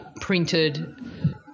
printed